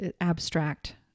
abstract